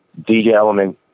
djelement